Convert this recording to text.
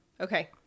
Okay